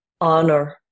honor